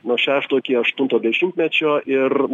nuo šešto iki aštunto dešimtmečio ir